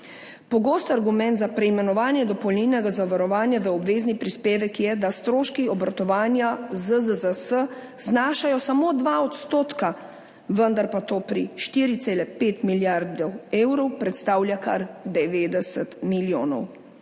Pogost argument za preimenovanje dopolnilnega zavarovanja v obvezni prispevek je, da stroški obratovanja ZZZS znašajo samo 2 %, vendar pa to pri 4,5 milijarde evrov predstavlja kar 90 milijonov.